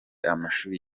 amashuli